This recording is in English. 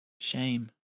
Shame